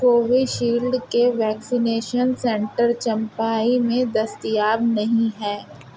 Covishield کے vaccination centre Champhai میں دستیاب نہیں ہیں